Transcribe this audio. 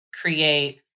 create